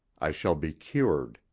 i shall be cured.